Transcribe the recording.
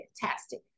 fantastic